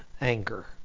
anger